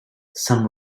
some